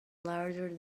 larger